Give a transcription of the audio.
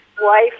wife